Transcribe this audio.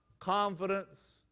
confidence